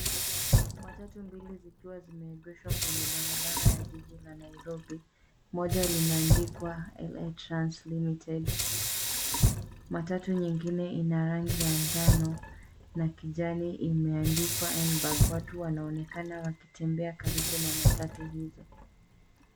Matatu mbili zikiwa zimeegeshwa kwenye barabara ya jiji la Nairobi. Moja limeandikwa LA Trans Limited . Matatu nyingine ina rangi ya njano na kijani imeandikwa nberg . Watu wanaonekana wakitembea karibu na matatu hizo.